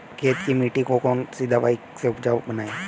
खेत की मिटी को कौन सी दवाई से उपजाऊ बनायें?